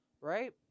Right